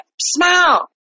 smile